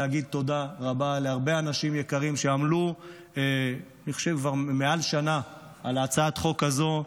להגיד תודה רבה להרבה אנשים יקרים שעמלו מעל שנה על הצעת החוק הזאת.